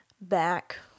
back